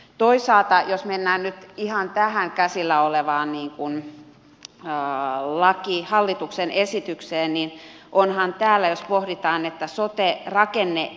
toisaalta jos mennään nyt ihan tähän käsillä olevaan hallituksen esitykseen niin onhan täällä jos pohditaan että sote rakennelaissa